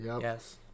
Yes